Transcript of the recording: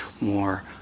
more